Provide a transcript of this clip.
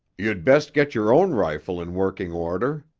you'd best get your own rifle in working order.